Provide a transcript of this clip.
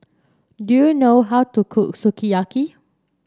do you know how to cook Sukiyaki